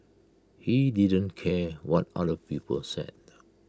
he didn't care what other people said